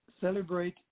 celebrate